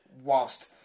whilst